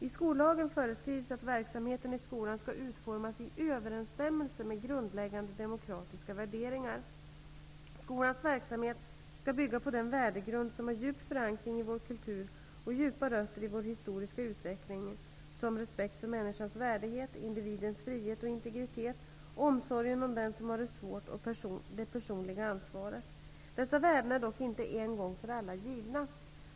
I skollagen föreskrivs att verksamheten i skolan skall utformas i överensstämmelse med grundläggande demokratiska värderingar. Skolans verksamhet skall bygga på den värdegrund som har en djup förankring i vår kultur och djupa rötter i vår historiska utveckling, såsom respekt för människans värdighet, individens frihet och integritet, omsorgen om den som har det svårt och det personliga ansvaret. Dessa värden är dock inte en gång för alla givna.